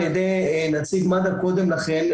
על ידי נציג מד"א קודם לכן,